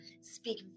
speak